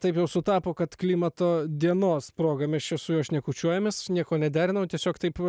taip jau sutapo kad klimato dienos proga mes čia su juo šnekučiuojamės nieko nederinau tiesiog taip